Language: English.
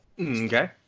Okay